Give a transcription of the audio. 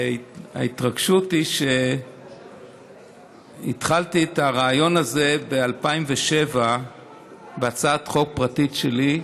ההתרגשות היא שהתחלתי את הרעיון הזה ב-2007 בהצעת חוק פרטית שלי,